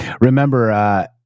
Remember